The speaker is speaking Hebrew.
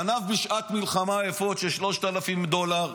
גנב בשעת מלחמה אפוד של 3,000 דולר.